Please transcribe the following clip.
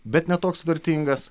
bet ne toks vertingas